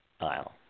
aisle